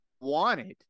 wanted